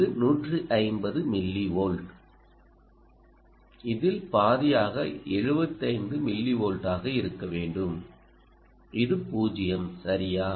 இது 150 மில்லிவால்ட் இதில் பாதியாக 75 மில்லிவோல்ட்டாக இருக்க வேண்டும் இது 0 சரியா